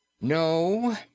No